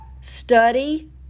Study